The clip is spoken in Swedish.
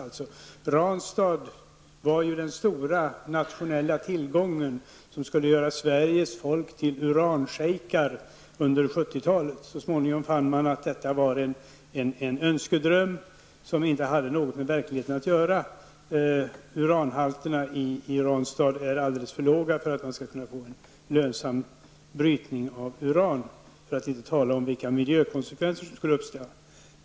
Ranstad Mineral var den stora nationella tillgången, som skulle göra Sveriges folk till uran-schejker under 70-talet. Så småningom fann man att detta var en önskedröm som inte hade något med verkligheten att göra. Uranhalterna i Ranstad är alldeles för låga för att man skall kunna få en lönsam brytning av uran, för att inte tala om vilka miljökonsekvenser som skulle uppstå.